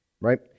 right